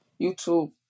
YouTube